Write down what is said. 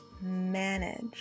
manage